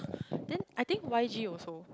then I think Y_G also